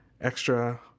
Extra